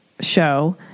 show